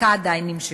הבדיקה עדיין נמשכת.